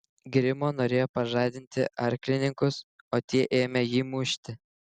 grimo norėjo pažadinti arklininkus o tie ėmė jį mušti